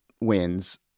wins